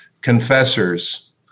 confessors